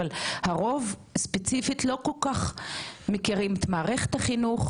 אבל הרוב ספציפית לא כל כך מכירים את מערכת החינוך,